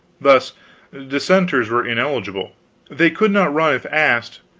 thus dissenters were ineligible they could not run if asked,